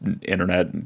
internet